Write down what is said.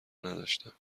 نداشتم